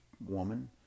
woman